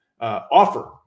offer